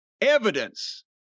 evidence